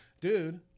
dude